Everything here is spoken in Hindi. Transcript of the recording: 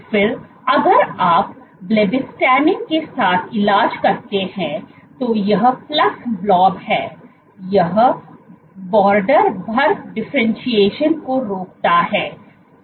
फिर अगर आप ब्लूबिस्टिन blebbistatin के साथ इलाज करते हैं तो यह प्लस ब्लॉब है यह बोर्ड भर डिफरेंटशिएशन को रोकता है